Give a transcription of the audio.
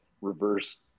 reverse